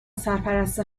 سرپرست